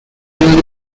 annual